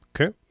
Okay